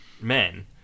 men